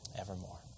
evermore